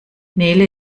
nele